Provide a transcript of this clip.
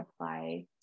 apply